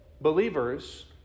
Believers